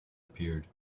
appeared